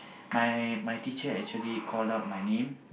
my my teacher actually called out my name